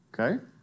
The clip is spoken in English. Okay